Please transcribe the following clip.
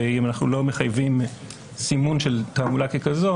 ואם אנחנו לא מחייבים סימון של תעמולה ככזאת,